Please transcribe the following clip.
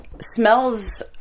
smells